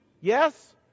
Yes